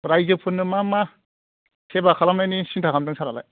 रायजोफोरनो मा मा सेबा खालामनायनि सिन्था खालामदों सारालाय